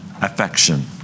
affection